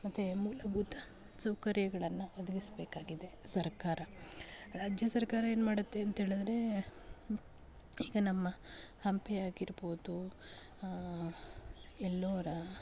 ಮತ್ತೆ ಮೂಲಭೂತ ಸೌಕರ್ಯಗಳನ್ನು ಒದಗಿಸಬೇಕಾಗಿದೆ ಸರ್ಕಾರ ರಾಜ್ಯ ಸರ್ಕಾರ ಏನು ಮಾಡುತ್ತೇಂತ ಹೇಳಿದರೆ ಈಗ ನಮ್ಮ ಹಂಪಿಯಾಗಿರ್ಬೋದು ಎಲ್ಲೋರ